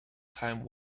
time